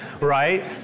right